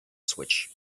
switch